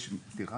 סליחה?